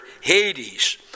hades